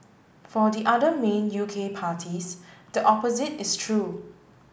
for the other main U K parties the opposite is true